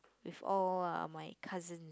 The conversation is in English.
with all uh my cousin